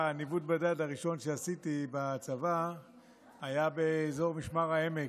הניווט בדד הראשון שעשיתי בצבא היה באזור משמר העמק,